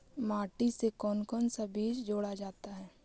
माटी से कौन कौन सा बीज जोड़ा जाता है?